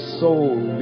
soul